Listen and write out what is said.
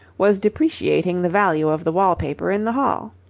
was depreciating the value of the wall-paper in the hall.